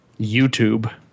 YouTube